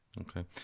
Okay